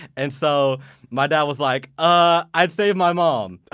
and so my dad was like, uhh, i'd save my mom.